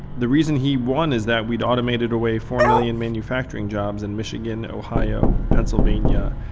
the reason he won is that we'd automated away four million manufacturing jobs in michigan, ohio, pennsylvania,